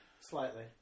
slightly